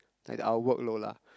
like our workload lah